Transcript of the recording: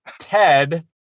Ted